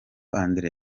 andre